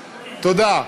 תודה.